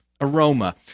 aroma